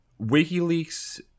WikiLeaks